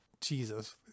Jesus